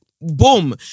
boom